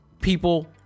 people